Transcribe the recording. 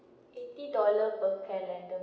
eighty dollar per calendar